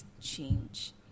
change